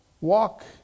walk